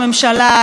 החוקרים,